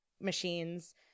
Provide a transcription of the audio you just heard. machines